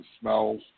smells